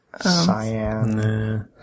Cyan